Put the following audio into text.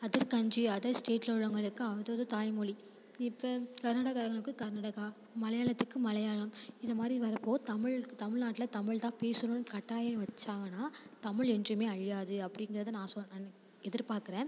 other country other ஸ்டேட்டில் உள்ளவங்களுக்கு அவர் அவர் தாய்மொழி இப்போ கர்நாடகா காரங்களுக்கு கர்நாடகா மலையாளத்துக்கு மலையாளம் இது மாதிரி வரப்போ தமிழ் தமிழ்நாட்டில் தமிழ் தான் பேசணும்னு கட்டாயம் வச்சாங்கன்னா தமிழ் என்றுமே அழியாது அப்படிங்கிறத நான் சொல்கிறேன் எதிர்பார்க்குறேன்